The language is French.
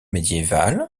médiévale